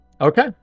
Okay